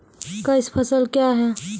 Cash फसल क्या हैं?